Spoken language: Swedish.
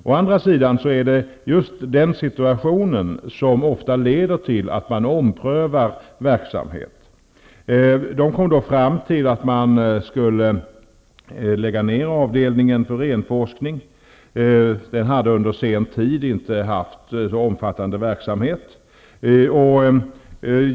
Å andra sidan är det just den situationen som ofta leder till att man omprövar verksamhet. På lantbruksuniversitetet kom man fram till att man skulle lägga ner avdelningen för renforskning. Den hade under senare tid inte haft så omfattande verksamhet.